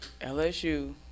LSU